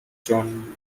jon